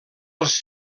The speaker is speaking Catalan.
els